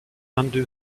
undo